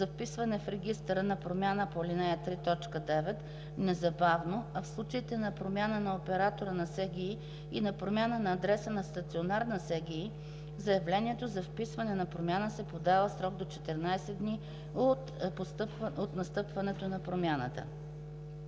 за вписване в регистъра на промяна по ал. 3, т. 9 незабавно, а в случаите на промяна на оператора на СГИ и на промяна на адреса на стационарна СГИ, заявлението за вписване на промяна се подава в срок до 14 дни от настъпването на промяната.